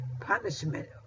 punishment